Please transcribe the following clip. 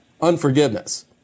unforgiveness